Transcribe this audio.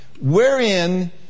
Wherein